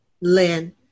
Lynn